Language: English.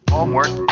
Homework